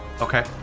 Okay